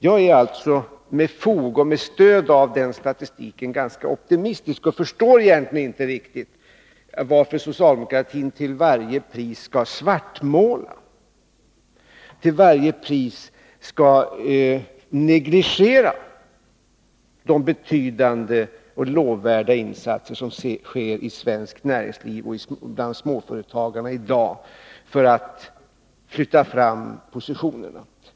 Jag är alltså med fog och med stöd av den statistiken ganska optimistisk och Nr 175 förstår egentligen inte riktigt varför socialdemokratin till varje pris skall Fredagen den svartmåla, till varje pris skall negligera de betydande och lovvärda insatser = 11 juni 1982 som i dag sker i svenskt näringsliv och bland småföretagarna för att flytta fram positionerna.